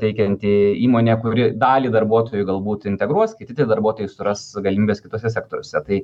teikianti įmonė kuri dalį darbuotojų galbūt integruos kiti tie darbuotojai suras galimybes kituose sektoriuose tai